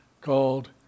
called